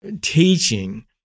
teaching